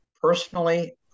personally